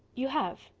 you have.